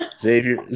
Xavier